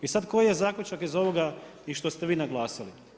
I sad koji je zaključak iz ovoga i što ste vi naglasili?